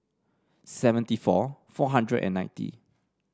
seventy four four hundred and ninety